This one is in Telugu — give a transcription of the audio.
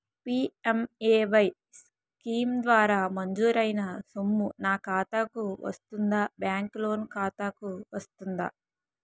పి.ఎం.ఎ.వై స్కీమ్ ద్వారా మంజూరైన సొమ్ము నా ఖాతా కు వస్తుందాబ్యాంకు లోన్ ఖాతాకు వస్తుందా?